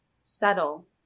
settle